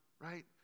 right